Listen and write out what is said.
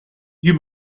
you